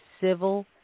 Civil